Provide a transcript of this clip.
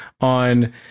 on